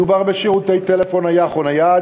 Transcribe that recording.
מדובר בשירותי טלפון נייח או נייד,